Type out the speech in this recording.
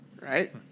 right